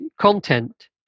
content